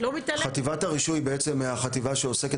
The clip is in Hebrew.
חטיבת הרישוי היא בעצם החטיבה שעוסקת